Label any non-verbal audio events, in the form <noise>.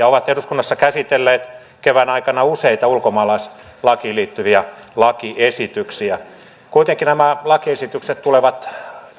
<unintelligible> ovat eduskunnassa käsitelleet kevään aikana useita ulkomaalaislakiin liittyviä lakiesityksiä kuitenkin nämä lakiesitykset tulevat